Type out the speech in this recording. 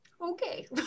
Okay